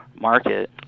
market